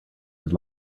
had